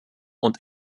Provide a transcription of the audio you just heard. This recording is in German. und